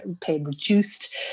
pain-reduced